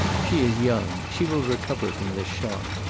she is young. she will recover from this shock.